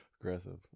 Aggressive